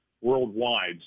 worldwide